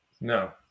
No